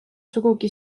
sugugi